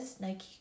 nike